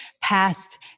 past